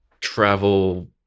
travel